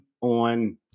on